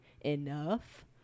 enough